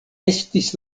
estis